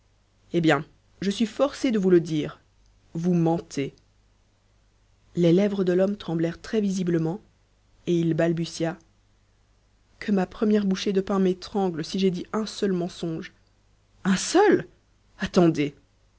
eh bien je suis forcé de vous le dire vous mentez les lèvres de l'homme tremblèrent très visiblement et il balbutia que ma première bouchée de pain m'étrangle si j'ai dit un seul mensonge un seul attendez